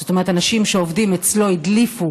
זאת אומרת אנשים שעובדים אצלו הדליפו